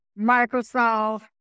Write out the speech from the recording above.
Microsoft